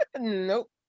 Nope